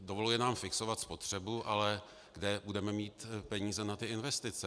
Dovoluje nám fixovat spotřebu, ale kde budeme mít peníze na ty investice?